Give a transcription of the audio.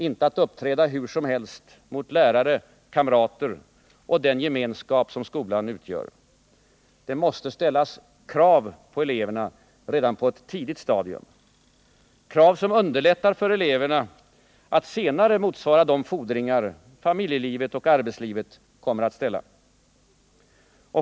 Inte att de får uppträda hur som helst mot lärare, kamrater och den gemenskap som skolan utgör. Det måste ställas krav på eleverna redan på ett tidigt stadium, krav som underlättar för eleverna att senare motsvara de fordringar familjelivet och arbetslivet kommer att ställa.